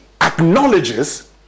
acknowledges